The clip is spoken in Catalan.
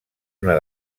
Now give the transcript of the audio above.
una